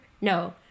no